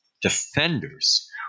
defenders